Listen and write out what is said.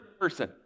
person